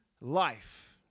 life